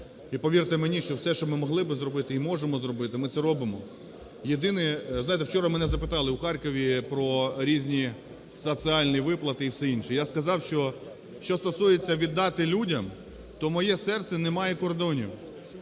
І повірте мені, що все, що ми могли би зробити і можемо зробити, ми це робимо. Єдине. Знаєте, вчора мене запитали у Харкові про різні соціальні виплати і все інше. Я сказав, що що стосується віддати людям, то моє серце не має кордонів.